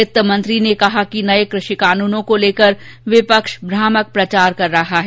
वित्त मंत्री ने कहा कि नये कृषि कानूनों को लेकर विपक्ष भ्रामक प्रचार कर रहा है